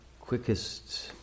quickest